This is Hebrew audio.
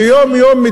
שיום-יום,